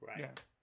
Right